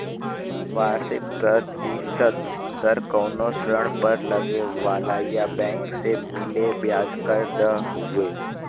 वार्षिक प्रतिशत दर कउनो ऋण पर लगे वाला या बैंक से मिले ब्याज क दर हउवे